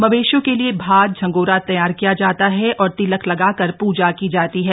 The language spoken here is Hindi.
मवेशियों के लिए भात झंगोरा तैयार किया जाता है और तिलक लगाकर पूजा की जाती है